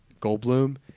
Goldblum